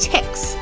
Ticks